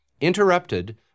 interrupted